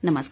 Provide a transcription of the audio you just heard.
नमस्कार